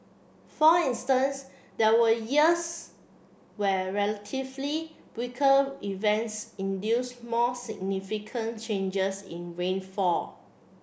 for instance there were years where relatively weaker events induced more significant changes in rainfall